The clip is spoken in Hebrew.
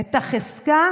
את החזקה